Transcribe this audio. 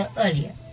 earlier